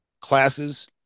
classes